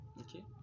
okay